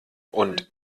und